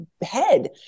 head